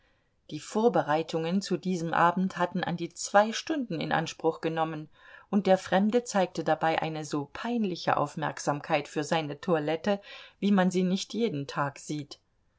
die vorbereitungen zu diesem abend hatten an die zwei stunden in anspruch genommen und der fremde zeigte dabei eine so peinliche aufmerksamkeit für seine toilette wie man sie nicht jeden tag sieht